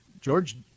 George